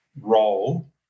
role